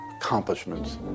accomplishments